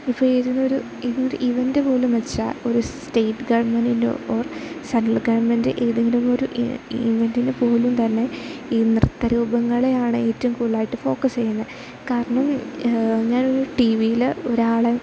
ഇപ്പോൾ ഇതിനൊരു ഇവൻ്റ് ഇവൻ്റുപോലും വെച്ചാൽ ഒരു സ്റ്റേറ്റ് ഗവൺമെൻ്റിൻ്റെ ഓർ സെൻട്രൽ ഗവൺമെൻ്റ് ഏതെങ്കിലും ഒരു ഇവെൻ്റിനുപോലും തന്നെ ഈ നൃത്ത രൂപങ്ങളെയാണ് ഏറ്റവും കൂടുതലായിട്ട് ഫോക്കസ് ചെയ്യുന്നത് കാരണം ഞാൻ ഒരു ടി വിയിൽ ഒരാളെ